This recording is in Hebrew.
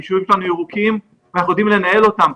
היישובים שלנו ירוקים כי אנחנו יודעים לנהל אותם.